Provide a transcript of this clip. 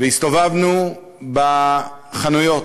הסתובבנו בחנויות,